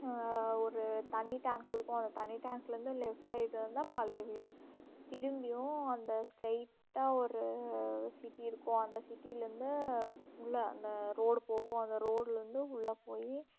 ஒரு தண்ணி டேங்க் இருக்கும் அந்த தண்ணி டேங்க்லிருந்து லெஃப்ட் சைடில் வந்தால் பழைய வீடு திரும்பியும் அந்த ஸ்ட்ரெயிட்டாக ஒரு சிட்டி இருக்கும் அந்த சிட்டிலிருந்து உள்ளே அந்த ரோடு போகும் அந்த ரோடுலிருந்து உள்ளே போய்